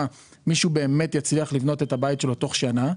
מישהו באמת יצליח לבנות את הבית שלו תוך שנה.